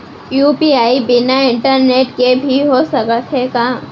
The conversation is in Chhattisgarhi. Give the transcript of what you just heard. यू.पी.आई बिना इंटरनेट के भी हो सकत हे का?